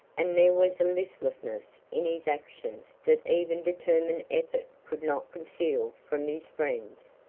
and there was a listlessness in his actions that even determined effort could not conceal from his friends.